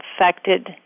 affected